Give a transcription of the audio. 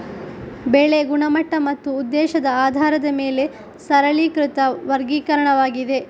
ಬೆಳೆ ಗುಣಮಟ್ಟ ಮತ್ತು ಉದ್ದೇಶದ ಆಧಾರದ ಮೇಲೆ ಸರಳೀಕೃತ ವರ್ಗೀಕರಣವಾಗಿದೆ